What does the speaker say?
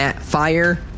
fire